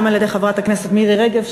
גם על-ידי חברת הכנסת מירי רגב,